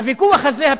הוויכוח הזה,